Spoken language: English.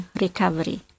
recovery